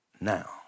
now